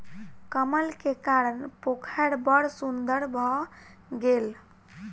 कमल के कारण पोखैर बड़ सुन्दर भअ गेल